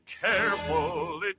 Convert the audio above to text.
carefully